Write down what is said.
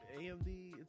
AMD